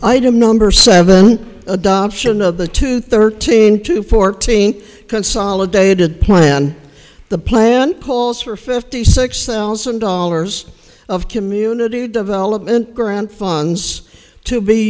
item number seven adoption of the two thirteen to fourteen consolidated plan the plan calls for fifty six thousand dollars of community development grant funds to be